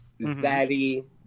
Zaddy